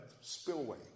spillway